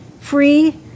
free